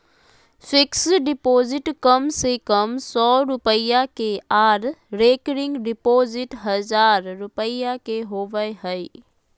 fixed deposit कम से कम सौ रुपया के आर रेकरिंग डिपॉजिट हजार रुपया के होबय हय